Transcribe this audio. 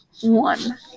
one